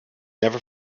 never